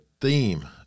theme